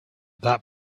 that